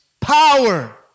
power